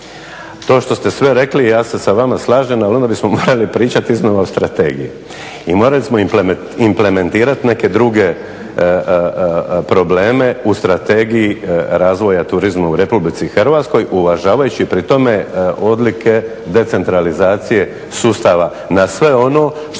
To što ste sve rekli ja se sa vama slažem, ali onda bismo morali pričati iznova o strategiji i morali smo implementirati neke druge probleme u Strategiji razvoja turizma u Republici Hrvatskoj uvažavajući pri tome odlike decentralizacije sustava na sve ono